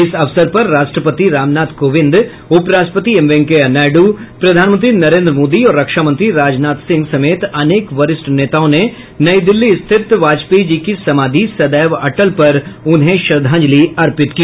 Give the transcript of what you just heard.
इस अवसर पर राष्ट्रपति रामनाथ कोविंद उपराष्ट्रपति एम वेंकैया नायडू प्रधानमंत्री नरेंद्र मोदी और रक्षा मंत्री राजनाथ सिंह समेत अनेक वरिष्ठ नेताओं ने नई दिल्ली स्थित वाजपेयी जी की सामाधि सदैव अटल पर उन्हें श्रद्वाजंलि अर्पित की